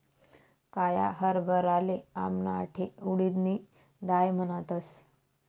काया हरभराले आमना आठे उडीदनी दाय म्हणतस